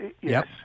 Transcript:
Yes